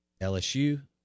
LSU